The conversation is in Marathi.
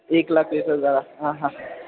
एक लाख वीस हजार हां हां